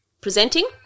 presenting